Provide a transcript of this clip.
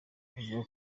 avuga